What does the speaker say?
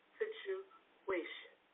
situation